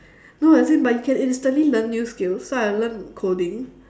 no as in but you can instantly learn new skills so I learn coding